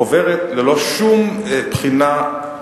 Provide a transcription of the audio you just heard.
עוברת ללא שום בחינה,